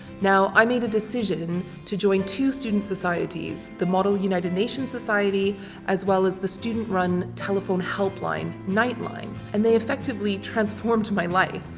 now, i made a decision to join two student societies the model united nations society as well as the student-run telephone helpline nightline, and they effectively transformed my life.